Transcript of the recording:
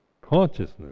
Consciousness